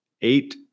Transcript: eight